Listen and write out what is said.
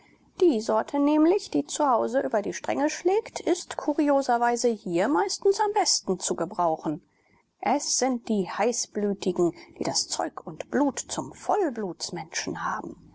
die sorte nämlich die zu hause über die stränge schlägt ist kurioserweise hier meistens am besten zu gebrauchen es sind die heißblütigen die das zeug und blut zum vollblutsmenschen haben